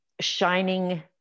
shining